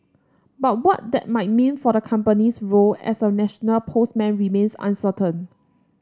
but what that might mean for the company's role as a national postman remains uncertain